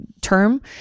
term